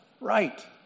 right